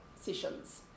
sessions